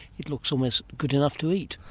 it looks almost good enough to eat.